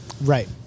Right